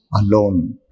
alone